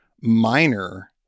minor